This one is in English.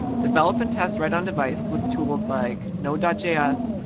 develop and test right on device with tools like node ah js,